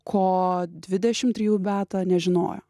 ko dvidešim trijų beata nežinojo